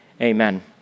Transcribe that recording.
amen